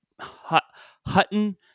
Hutton